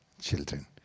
children